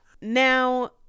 Now